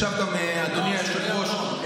ישב גם אדוני היושב-ראש,